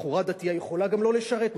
בחורה דתייה יכולה גם לא לשרת,